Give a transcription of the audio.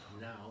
Now